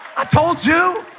ah told you